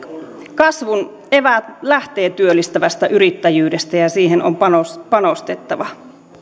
kasvun eväät lähtevät työllistävästä yrittäjyydestä ja ja siihen on panostettava